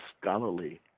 scholarly